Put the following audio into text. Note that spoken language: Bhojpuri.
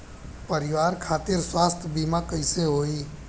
परिवार खातिर स्वास्थ्य बीमा कैसे होई?